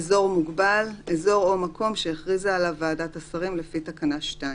"אזור מוגבל" אזור או מקום שהכריזה עליו ועדת השרים לפי תקנה 2,